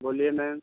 बोलिए मैम